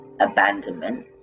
abandonment